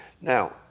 Now